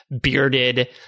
bearded